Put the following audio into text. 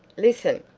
listen!